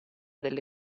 delle